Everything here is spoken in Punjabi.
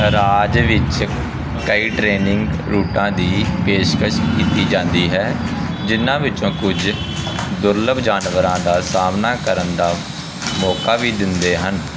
ਰਾਜ ਵਿੱਚ ਕਈ ਟ੍ਰੈਨਿੰਗ ਰੂਟਾਂ ਦੀ ਪੇਸ਼ਕਸ਼ ਕੀਤੀ ਜਾਂਦੀ ਹੈ ਜਿਨ੍ਹਾਂ ਵਿੱਚੋਂ ਕੁੱਝ ਦੁਰਲੱਭ ਜਾਨਵਰਾਂ ਦਾ ਸਾਹਮਣਾ ਕਰਨ ਦਾ ਮੌਕਾ ਵੀ ਦਿੰਦੇ ਹਨ